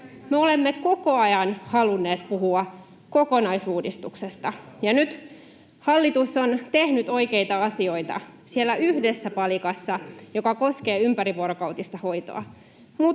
Me olemme koko ajan halunneet puhua kokonaisuudistuksesta. Nyt hallitus on tehnyt oikeita asioita siellä yhdessä palikassa, joka koskee ympärivuorokautista hoitoa,